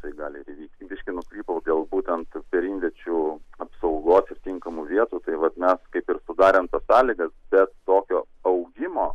tai gali ir įvykti biškį nukrypau dėl būtent perimviečių apsaugos ir tinkamų vietų tai vat mes kaip ir sudarėm tas sąlygas bet tokio augimo